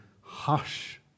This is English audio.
hush